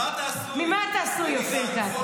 ממה אתה עשוי, אופיר כץ?